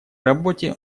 работе